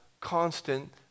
constant